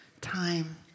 time